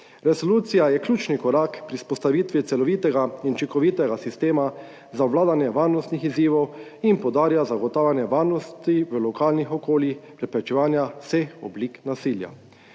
Resolucija je ključni korak pri vzpostavitvi celovitega in učinkovitega sistema za obvladanje varnostnih izzivov in poudarja zagotavljanje varnosti v lokalnih okoljih in preprečevanje vseh oblik nasilja.